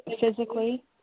Physically